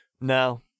No